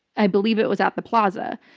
i believe it was at the plaza.